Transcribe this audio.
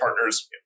partners